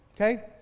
Okay